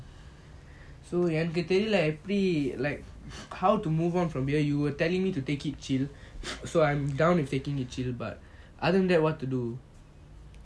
so என்னக்கு தெரில எப்பிடி:ennaku terila yepidi every like how to move on from here you were telling me to take it chill so I'm down to taking it chill but I don't get what to do